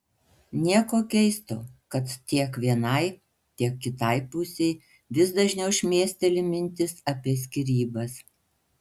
nieko keisto kad tiek vienai tiek kitai pusei vis dažniau šmėsteli mintis apie skyrybas